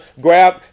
grab